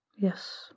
Yes